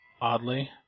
oddly